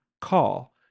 call